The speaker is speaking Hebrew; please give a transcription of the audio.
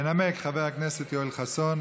ינמק חבר הכנסת יואל חסון.